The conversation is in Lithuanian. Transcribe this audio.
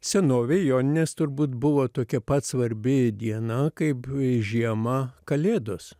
senovėj joninės turbūt buvo tokia pat svarbi diena kaip žiemą kalėdos